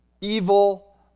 evil